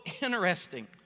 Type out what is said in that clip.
interesting